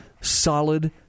solid